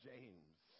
James